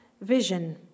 vision